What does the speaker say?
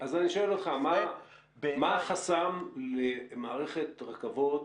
אני שואל אותך מה החסם למערכת רכבות